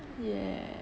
yeah